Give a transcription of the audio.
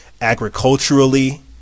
agriculturally